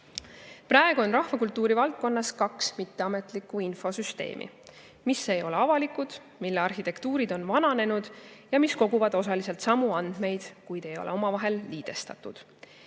Praegu on rahvakultuuri valdkonnas kaks mitteametlikku infosüsteemi, mis ei ole avalikud, mille arhitektuurid on vananenud ja mis koguvad osaliselt samu andmeid, kuid ei ole omavahel liidestatud.